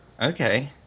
Okay